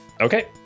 Okay